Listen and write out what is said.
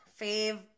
fave